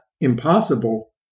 impossible